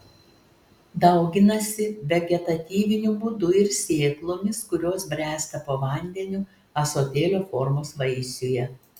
dauginasi vegetatyviniu būdu ir sėklomis kurios bręsta po vandeniu ąsotėlio formos vaisiuje